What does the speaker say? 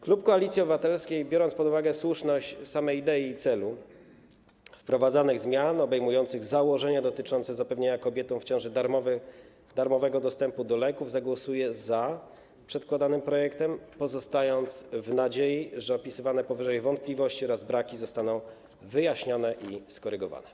Klub Koalicji Obywatelskiej, biorąc pod uwagę słuszność samej idei i celu wprowadzanych zmian, które obejmują założenia dotyczące zapewnienia kobietom w ciąży darmowego dostępu do leków, zagłosuje za przedkładanym projektem, pozostając w nadziei, że opisywane powyżej wątpliwości oraz braki zostaną wyjaśnione i skorygowane.